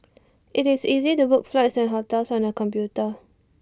IT is easy to book flights and hotels on the computer